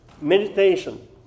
Meditation